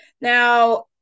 Now